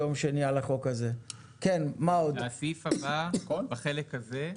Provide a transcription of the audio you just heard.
זה הסעיף הבא בחלק הזה.